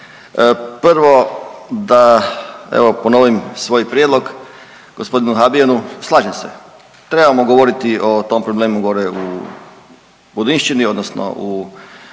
prvo da evo ponovim svoj prijedlog gospodinu Habijanu, slažem se trebamo govoriti o tom problemu gore u Budinšćini odnosno u